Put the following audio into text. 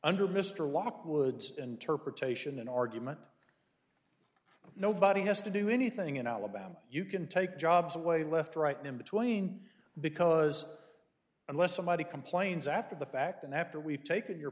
lockwood's interpretation an argument nobody has to do anything in alabama you can take jobs away left right in between because unless somebody complains after the fact and after we've taken your